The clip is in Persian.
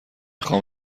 خوام